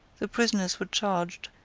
the prisoners were charged,